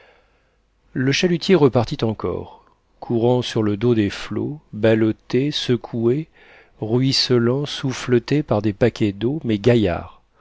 le chalutier repartit encore courant sur le dos des flots ballotté secoué ruisselant souffleté par des paquets d'eau mais gaillard